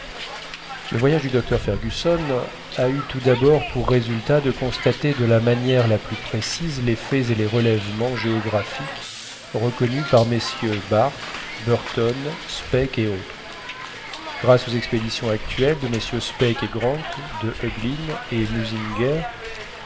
le voyage du docteur fergusson a eu tout d'abord pour résultat de constater de la manière la plus précise les faits et les relèvements géographiques reconnus par mm barth burton speke et autres grâce aux expéditions actuelles de mm speke et grant de heuglin et munzinger